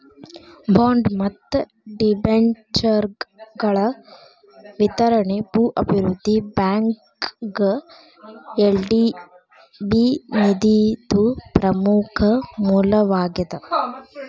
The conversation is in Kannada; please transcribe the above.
ಬಾಂಡ್ ಮತ್ತ ಡಿಬೆಂಚರ್ಗಳ ವಿತರಣಿ ಭೂ ಅಭಿವೃದ್ಧಿ ಬ್ಯಾಂಕ್ಗ ಎಲ್.ಡಿ.ಬಿ ನಿಧಿದು ಪ್ರಮುಖ ಮೂಲವಾಗೇದ